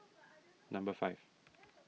number five